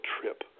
trip